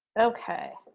okay.